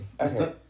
okay